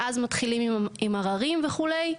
ואז מתחילים עם הערערים וכו'.